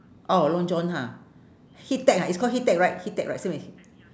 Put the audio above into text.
oh long john ha heat tech ah it's called heat tech right heat tech right same with